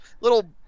little